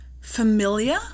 familiar